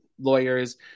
lawyers